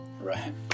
Right